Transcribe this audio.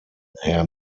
herr